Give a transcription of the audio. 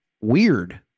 Weird